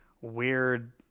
weird